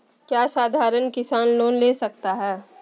क्या साधरण किसान लोन ले सकता है?